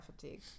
fatigue